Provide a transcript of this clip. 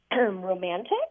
romantic